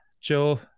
Joe